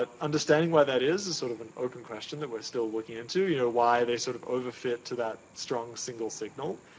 understanding why that is is sort of an open question that we're still looking into. you know why they sort of over fit to that strong-signaled signal.